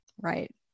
Right